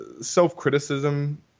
Self-criticism